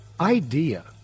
idea